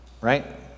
right